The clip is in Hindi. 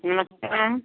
नमस्ते मैम